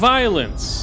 Violence